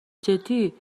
جدی